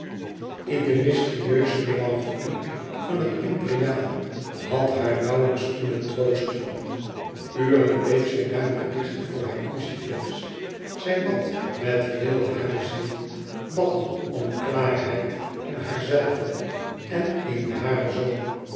in de mysterieuze melancholie van het imperiaal had haar nauwlijks kunnen troosten uren bleef zij daarna liggen voor haar crucifix zij bad met heel hare ziel bad om klaarheid in haarzelve en in haren zoon